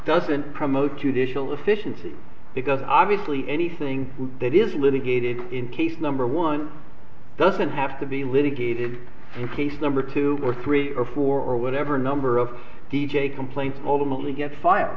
doesn't promote to digital efficiency because obviously anything that is litigated in case number one doesn't have to be litigated in case number two or three or four or whatever number of d j complaints ultimately get filed